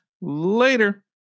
later